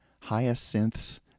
Hyacinths